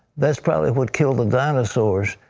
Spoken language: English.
that's probably what killed the dinosaurs.